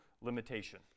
limitation